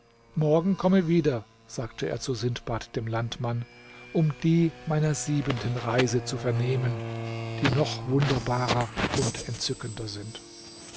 morgen komme wieder sagte er zu sindbad dem landmann um die meiner siebenten reise zu vernehmen die noch wunderbarer und entzückender sind